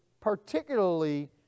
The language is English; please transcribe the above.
particularly